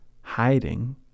Hiding